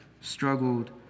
struggled